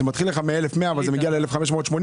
זה מתחיל מ-1,100 אבל מגיע ל-1,580.